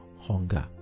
hunger